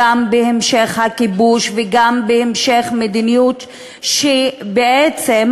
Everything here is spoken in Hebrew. גם בהמשך הכיבוש וגם בהמשך מדיניות שבעצם